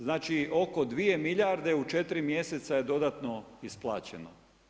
Znači oko 2 milijarde u 4 mjeseca je dodatno isplaćeno.